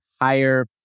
higher